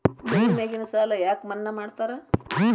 ಬೆಳಿ ಮ್ಯಾಗಿನ ಸಾಲ ಯಾಕ ಮನ್ನಾ ಮಾಡ್ತಾರ?